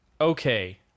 Okay